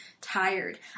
tired